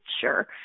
Sure